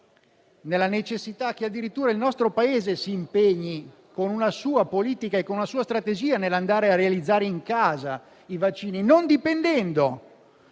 nella necessità che addirittura il nostro Paese si impegnasse con una sua politica e con una sua strategia nell'andare a realizzare in casa i vaccini, non dipendendo